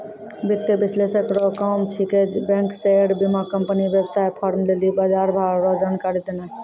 वित्तीय विश्लेषक रो काम छिकै बैंक शेयर बीमाकम्पनी वेवसाय फार्म लेली बजारभाव रो जानकारी देनाय